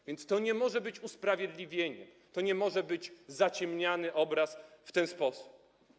A więc to nie może być usprawiedliwienie, to nie może być zaciemniany obraz w ten sposób.